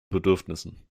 bedürfnissen